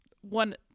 one